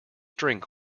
drink